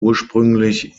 ursprünglich